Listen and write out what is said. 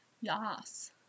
Yes